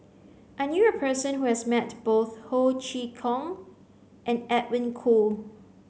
I knew a person who has met both Ho Chee Kong and Edwin Koo